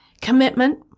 Commitment